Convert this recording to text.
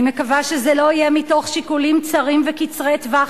אני מקווה שזה לא יהיה מתוך שיקולים צרים וקצרי טווח